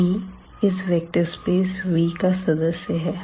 v इस vector space Vका सदस्य है